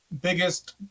biggest